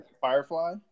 Firefly